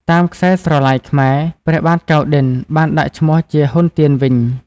តាមខ្សែស្រឡាយខ្មែរ ព្រះបាទកៅណ្ឌិន្យបានដាក់ឈ្មោះជា ហ៊ុន ទៀន វិញ។